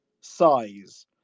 size